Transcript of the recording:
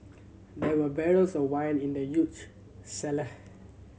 there were barrels of wine in the huge cellar